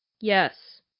Yes